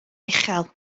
uchel